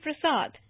Prasad